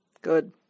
Good